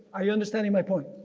are you understanding my point?